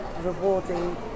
Rewarding